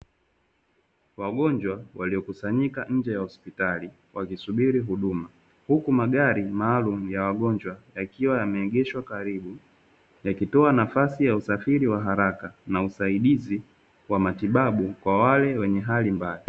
Wagonjwa waliokusanyika nje ya hospitali wakisubiri huduma, huku magari maalumu ya wagonjwa yakiwa yameegeshwa karibu yakitoa nafasi ya usafiri wa haraka, na usaidizi wa matibabu kwa wale wenye hali mbaya.